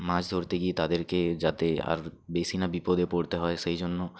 মাছ ধরতে গিয়ে তাদেরকে যাতে আর বেশি না বিপদে পড়তে হয় সেই জন্য